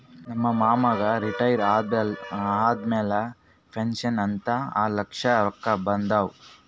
ನಮ್ ಮಾಮಾಗ್ ರಿಟೈರ್ ಆದಮ್ಯಾಲ ಪೆನ್ಷನ್ ಅಂತ್ ಆರ್ಲಕ್ಷ ರೊಕ್ಕಾ ಬಂದಾವ್